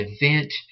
event